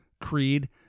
creed